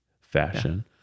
fashion